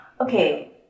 Okay